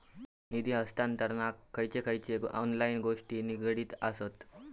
निधी हस्तांतरणाक खयचे खयचे ऑनलाइन गोष्टी निगडीत आसत?